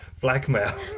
Blackmail